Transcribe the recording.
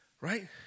Right